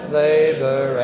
labor